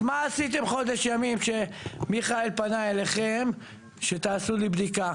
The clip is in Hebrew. אז מה עשיתם חודש ימים שמיכאל פנה אליכם שתעשו לי בדיקה